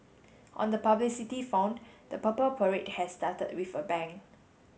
on the publicity font the Purple Parade has started with a bang